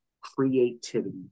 creativity